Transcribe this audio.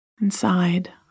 Inside